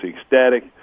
ecstatic